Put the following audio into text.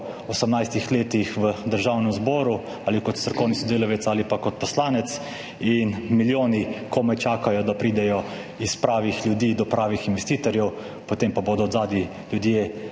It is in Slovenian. sem v Državnem zboru kot strokovni sodelavec ali pa kot poslanec. Milijoni komaj čakajo, da pridejo od pravih ljudi do pravih investitorjev, potem pa bodo očitno od zadaj ljudje